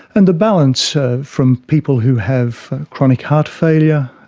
and the balance from people who have chronic heart failure,